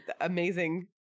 amazing